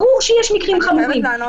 ברור שיש מקרים חמורים.